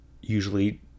usually